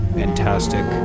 fantastic